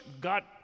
God